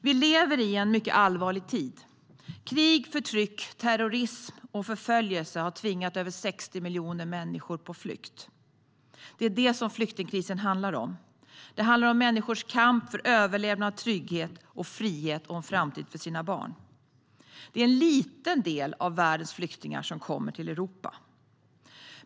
Vi lever i en mycket allvarlig tid. Krig, förtryck, terrorism och förföljelse har tvingat över 60 miljoner människor på flykt. Det är det som flyktingkrisen handlar om. Den handlar om människors kamp för överlevnad, trygghet, frihet och en framtid för deras barn. Det är en liten del av världens flyktingar som kommer till Europa.